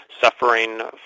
suffering